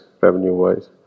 revenue-wise